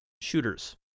shooters